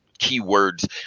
keywords